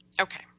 Okay